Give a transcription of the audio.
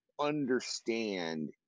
understand